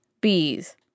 bees